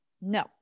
No